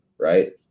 right